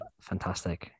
Fantastic